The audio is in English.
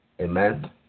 Amen